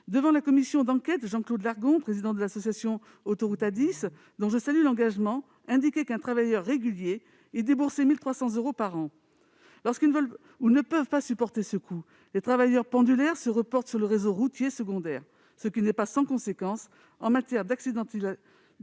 Devant la commission d'enquête, Jean-Claude Lagron, président de l'association « A10 gratuite » dont je salue l'engagement, indiquait qu'un travailleur régulier déboursait 1 300 euros par an. Lorsqu'ils ne veulent, ou ne peuvent, pas supporter ce coût, les travailleurs pendulaires se reportent sur le réseau routier secondaire, ce qui n'est pas sans conséquence en matière d'accidentalité